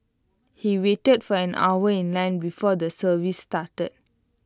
he waited for an hour in line before the service started